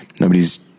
nobody's